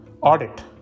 Audit